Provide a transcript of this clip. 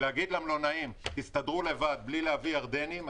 להגיד למלונאים שיסתדרו לבד בלי להביא ירדנים,